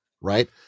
Right